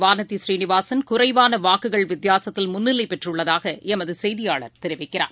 வானதி சீனிவாசன் குறைவான வாக்குகள் வித்தியாசத்தில் முன்னிலை பெற்றுள்ளதாக எமது செய்தியாளர் தெரிவிக்கிறார்